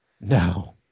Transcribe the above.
No